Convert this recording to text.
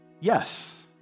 Yes